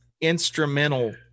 instrumental